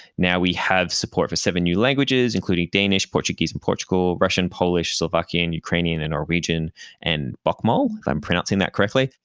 now we have support for seven new languages, including danish, portuguese in portugal, russian, polish, slovakian, ukrainian, and norwegian, and bokmal if i'm pronouncing that correctly.